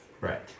Right